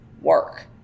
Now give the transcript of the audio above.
work